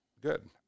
good